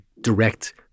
direct